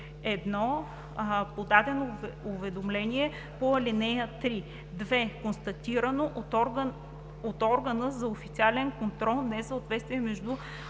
1. подадено уведомление по ал. 3; 2. констатирано от органа за официален контрол несъответствие между